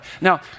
Now